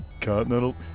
Continental